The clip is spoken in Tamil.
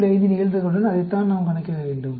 5 இன் நிகழ்தகவுடன் அதைத்தான் நாம் கணக்கிட வேண்டும்